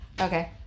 Okay